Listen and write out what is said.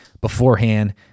beforehand